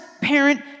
parent